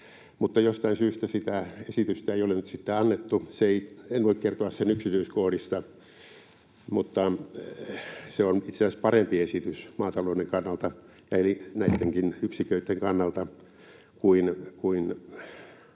jostain syystä sitä esitystä ei ole nyt sitten annettu, en voi kertoa sen yksityiskohdista. Mutta se on itse asiassa parempi esitys maatalouden kannalta eli näittenkin yksiköitten kannalta kuin edustaja